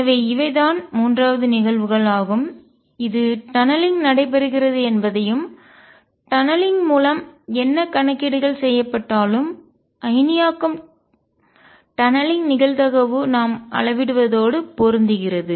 எனவே இவைதான் 3 நிகழ்வுகள் ஆகும் இது டநலிங்க் நடைபெறுகிறது என்பதையும் டநலிங்க் மூலம் என்ன கணக்கீடுகள் செய்யப்பட்டாலும் அயனியாக்கம் டநலிங்க் சுரங்கப்பாதை நிகழ்தகவு நாம் அளவிடுவதோடு பொருந்துகிறது